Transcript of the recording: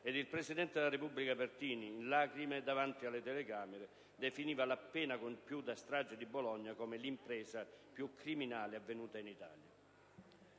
e il presidente della Repubblica Pertini, in lacrime, davanti alle telecamere, definiva l'appena compiuta strage di Bologna come «l'impresa più criminale avvenuta in Italia».